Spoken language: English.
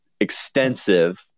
extensive